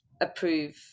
approve